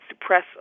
suppress